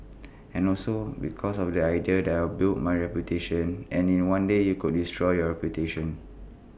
and also because of the idea that I've built my reputation and in one day you could destroy your reputation